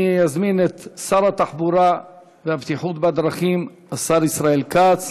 אני מזמין את שר התחבורה והבטיחות בדרכים ישראל כץ